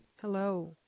Hello